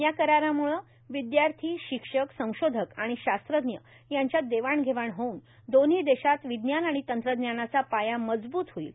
या करारामुळ विद्यार्थी शिक्षक संशोधक आणि शास्त्रज्ञ यांच्यात देवाणघेवाण होऊन दोन्ही देशात विज्ञान आणि तंत्रज्ञानाचा पाया मजबूत होईल